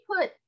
put